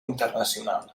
internacional